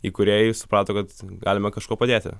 įkūrėjai suprato kad galime kažkuo padėti